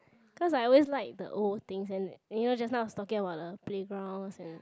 cause I always like the old things and you know just now I was talking about the playgrounds and